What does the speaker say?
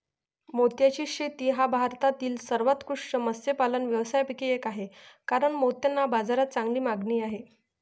मोत्याची शेती हा भारतातील सर्वोत्कृष्ट मत्स्यपालन व्यवसायांपैकी एक आहे कारण मोत्यांना बाजारात चांगली मागणी आहे